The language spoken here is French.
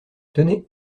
tenez